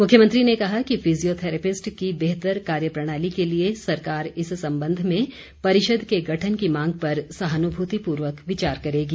मुख्यमंत्री ने कहा कि फिजियोथैरेपिस्ट की बेहतर कार्य प्रणाली के लिए सरकार इस संबंध में परिषद् के गठन की मांग पर सहानुभूतिपूर्वक विचार करेगी